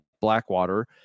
Blackwater